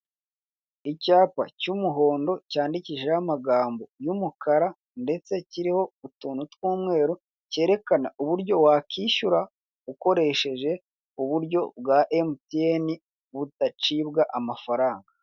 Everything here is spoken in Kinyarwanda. Icyapa cy'umuhondo cyandikishijeho amagambo y'umukara ndetse kiriho utuntu tw'umweru, cyerekana uburyo wakwishyura ukoresheje uburyo bwa MTN budacibwa amafaranga.